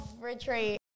retreat